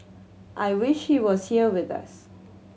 I wish he was here with us